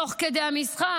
תוך כדי המשחק?